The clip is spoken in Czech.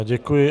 Děkuji.